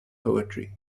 poetry